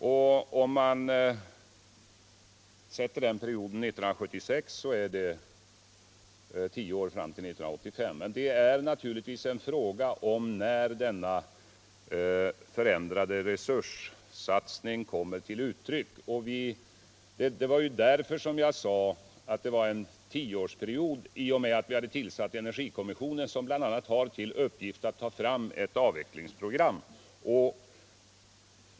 Om man utgår från 1976 är det tio år kvar till 1985. Men det är naturligtvis en fråga om när denna förändrade resurssatsning kommer till stånd. Att jag sade att det var fråga om en tioårsperiod berodde på att vi hade tillsatt energikommissionen, som bl.a. har till uppgift att ta fram ett avvecklingsprogram.